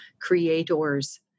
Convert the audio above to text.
creators